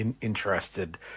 interested –